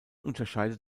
unterscheidet